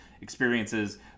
experiences